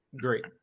great